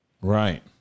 Right